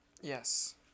Yes